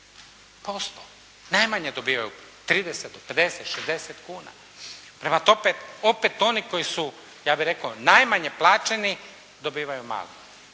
15%. Najmanje dobivaju. 30 do 50, 60 kuna. Prema tome opet oni koji su ja bih rekao najmanje plaćeni dobivaju malo.